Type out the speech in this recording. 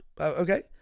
Okay